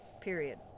Period